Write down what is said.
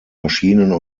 maschinen